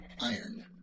iron